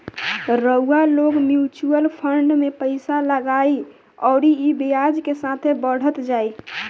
रउआ लोग mutual fund मे पइसा लगाई अउरी ई ब्याज के साथे बढ़त जाई